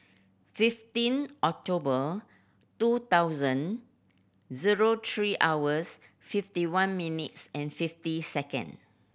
fifteen October two thousand zero three hours fifty one minutes and fifty second